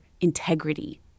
integrity